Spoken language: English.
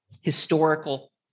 historical